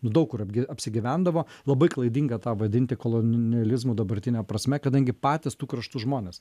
daug kur apgi apsigyvendavo labai klaidinga tą vadinti kolon nializmu dabartine prasme kadangi patys tų kraštų žmonės